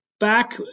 Back